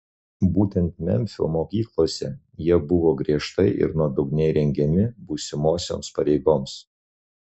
būtent memfio mokyklose jie buvo griežtai ir nuodugniai rengiami būsimosioms pareigoms